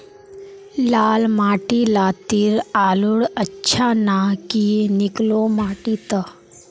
लाल माटी लात्तिर आलूर अच्छा ना की निकलो माटी त?